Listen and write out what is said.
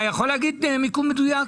אתה יכול להגיד מיקום מדויק?